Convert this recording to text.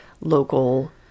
local